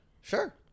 sure